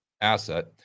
asset